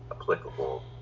applicable